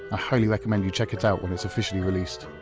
ah highly recommend you check it out when it's officially released.